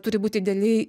turi būt idealiai